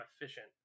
efficient